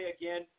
again